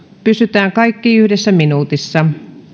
pysytään kaikki yhdessä minuutissa